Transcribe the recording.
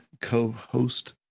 co-host